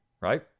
right